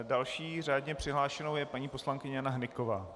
Další řádně přihlášenou je paní poslankyně Jana Hnyková.